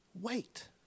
wait